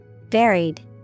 Varied